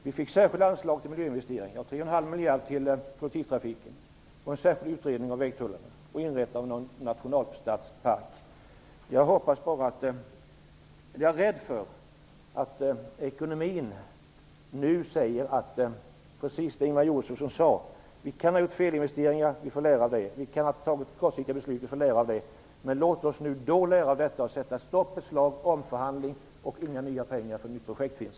Vi fick särskilda anslag till miljöinvesteringar, tre och en halv miljard till kollektivtrafiken, en särskild utredning om vägtullarna och inrättande av en nationalstadspark. Jag är rädd för att det, när det gäller ekonomin, blir precis så som Ingemar Josefsson sade: Vi kan ha gjort felinvesteringar, vi får lära av det. Vi kan ha tagit kortsiktiga beslut, vi får lära av det. Men låt oss då lära av detta och sätta stopp ett slag, genomföra omförhandlingar och inte anslå nya pengar förrän ett nytt projekt finns.